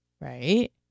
right